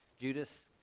Judas